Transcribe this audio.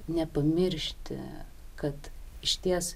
nepamiršti kad išties